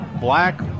black